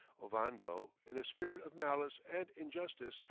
ovando, in a spirit of malice and injustice,